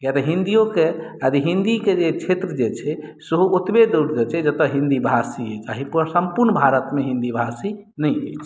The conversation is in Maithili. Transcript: किए तऽ हिंदीयो के हिंदी के जे क्षेत्र जे छै सेहो ओतबे दूर तक छै जतय हिंदी भाषी अछि आ सम्पूर्ण भारत मे हिंदी भाषी नहि अइछ